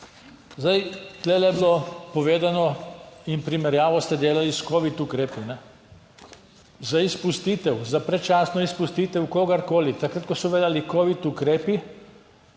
Tu je bilo povedano in primerjavo ste delali s covid ukrepi, za izpustitev, za predčasno izpustitev kogarkoli, takrat, ko so veljali covid ukrepi,